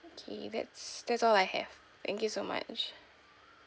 okay that's that's all I have thank you so much